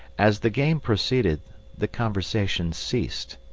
as the game proceeded the conversation ceased,